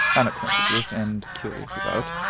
unacquainted with, and curious about.